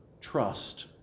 trust